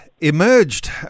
emerged